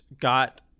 got